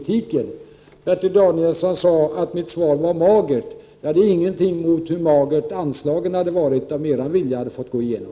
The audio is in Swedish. Bertil Danielsson sade att mitt svar var magert. Det är ingenting mot hur magra anslagen hade blivit om er vilja hade gått igenom.